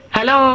Hello